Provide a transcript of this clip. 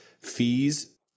Fees